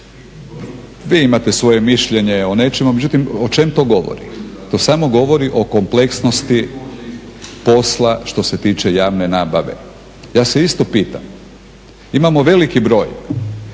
Vi imate svoje mišljenje o nečemu, međutim o čemu to govori? To samo govori o kompleksnosti posla što se tiče javne nabave. Ja se isto pitam, imamo veliki broj